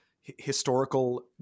historical